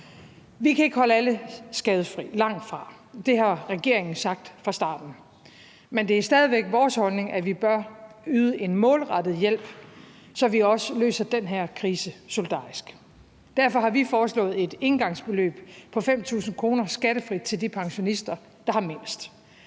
Vi kan ikke holde alle skadesfri – langt fra. Det har regeringen sagt fra starten, men det er stadig væk vores holdning, at vi bør yde en målrettet hjælp, så vi også løser den her krise solidarisk. Derfor har vi foreslået et engangsbeløb på 5.000 kr. skattefrit til de pensionister, der har mindst.